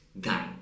done